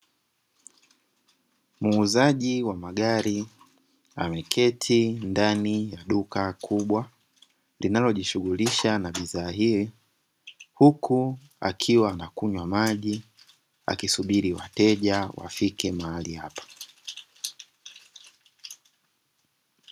Muuzaji wa magari ameketi ndani duka kubwa linalojishughulisha bidhaa hii, huku akiwa na kunywa maji, akisubiri wateja wafike mahali hapa.